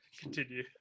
continue